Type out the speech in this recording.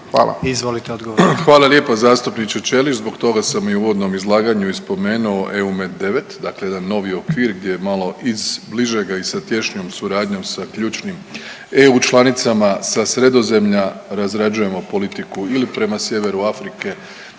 Andrej (HDZ)** Hvala lijepa zastupniče Ćelić, zbog toga sam i u uvodnom izlaganju i spomenuo EUM-9 dakle jedan novi okvir gdje je malo iz bližega i sa tješnjom suradnjom sa ključnim EU članicama sa Sredozemlja razrađujemo politiku ili prema Sjeveru Afrike